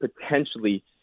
potentially